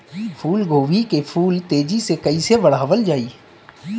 फूल गोभी के फूल तेजी से कइसे बढ़ावल जाई?